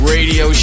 Radio